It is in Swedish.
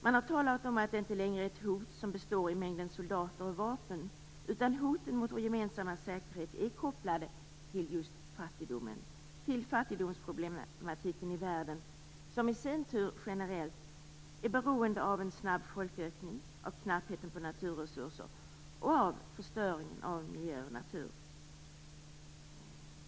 Man har talat om att det inte längre är ett hot som består av mängden soldater och vapen. Hotet mot vår gemensamma säkerhet är kopplat till just fattigdomsproblematiken i världen, som i sin tur generellt är beroende av en snabb folkökning, knappheten på naturresurser och förstöringen av miljö och natur.